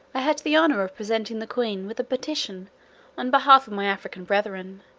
i had the honour of presenting the queen with a petition on behalf of my african brethren,